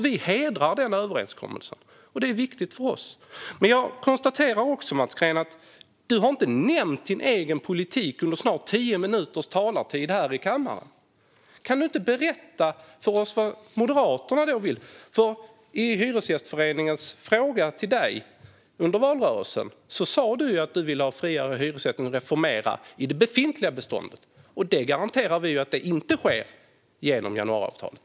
Vi hedrar överenskommelsen - den är viktig för oss. Jag konstaterar också att Mats Green inte nämnt sin egen politik under snart tio minuters talartid i kammaren. Kan du inte berätta för oss vad Moderaterna vill? Vid Hyresgästföreningens fråga till dig under valrörelsen sa du att du ville ha friare hyressättning och reformera i det befintliga beståndet. Det garanterar vi inte sker genom januariavtalet.